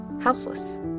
houseless